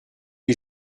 est